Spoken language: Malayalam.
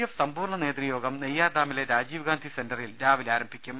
എഫ് സമ്പൂർണ്ണ നേതൃയോഗം നെയ്യാർഡാമിലെ രാജീവ്ഗാന്ധി സെന്ററിൽ രാവിലെ ആരംഭിക്കും